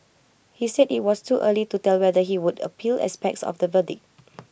he said IT was too early to tell whether he would appeal aspects of the verdict